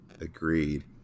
agreed